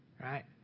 Right